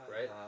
right